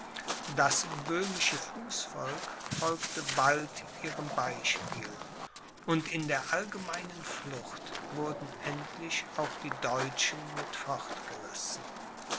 das böhmische fußvolk folgte bald ihrem beispiel und in der allgemeinen flucht wurden endlich auch die deutschen mit